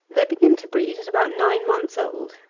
they begin to breed at about nine months old,